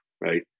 right